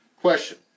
Question